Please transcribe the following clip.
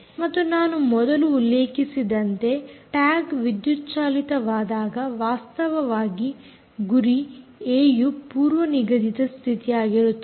ಮತ್ತು ನಾನು ಮೊದಲು ಉಲ್ಲೇಖಿಸಿದಂತೆ ಟ್ಯಾಗ್ ವಿದ್ಯುತ್ ಚಾಲಿತವಾದಾಗ ವಾಸ್ತವವಾಗಿ ಗುರಿ ಏಯು ಪೂರ್ವನಿಗದಿತ ಸ್ಥಿತಿಯಾಗಿರುತ್ತದೆ